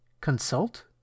Consult